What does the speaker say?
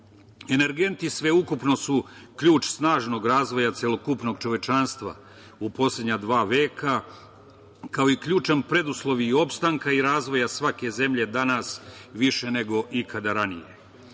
Energenti sveukupno su ključ snažnog razvoja celokupnog čovečanstva u poslednja dva veka, kao i ključan preduslov i opstanka i razvoja svake zemlje danas, više nego ikada ranije. Zato